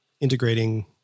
integrating